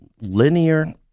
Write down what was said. linear